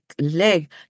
leg